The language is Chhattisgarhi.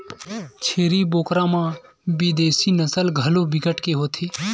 छेरी बोकरा म बिदेसी नसल घलो बिकट के होथे